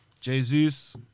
Jesus